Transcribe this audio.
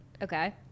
Okay